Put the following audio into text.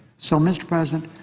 so, mr. president,